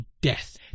Death